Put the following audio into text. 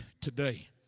today